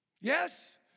Yes